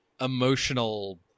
emotional